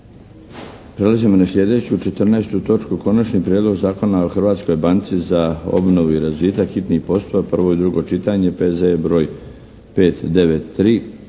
Prelazimo na sljedeću 14. točku. - Konačni prijedlog Zakona o Hrvatskoj banci za obnovu i razvitak, hitni postupak, prvo i drugo čitanje, P.Z.E. br. 593